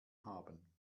haben